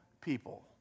people